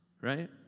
right